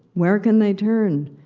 where can they turn?